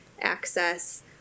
access